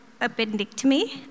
appendectomy